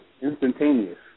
instantaneous